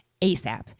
ASAP